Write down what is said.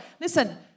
Listen